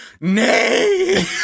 Nay